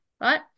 right